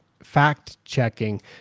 fact-checking